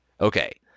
okay